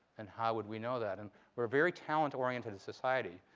and how would we know that? and we're a very talent-oriented society.